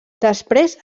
després